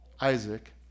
Isaac